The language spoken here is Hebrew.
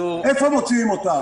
איפה מוציאים אותם?